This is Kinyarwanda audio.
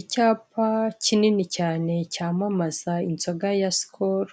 Icyapa kinini cyane, cyamamaza inzoga ya sikoro,